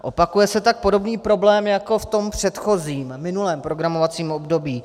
Opakuje se tak podobný problém jako v tom předchozím, minulém programovacím období.